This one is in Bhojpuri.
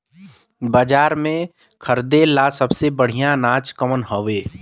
बाजार में खरदे ला सबसे बढ़ियां अनाज कवन हवे?